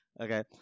Okay